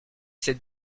cette